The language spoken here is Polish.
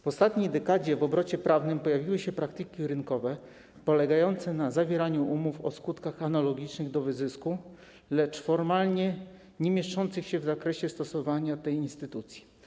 W ostatniej dekadzie w obrocie prawnym pojawiły się praktyki rynkowe polegające na zawieraniu umów o skutkach analogicznych do wyzysku, lecz formalnie niemieszczących się w zakresie zastosowania tej instytucji.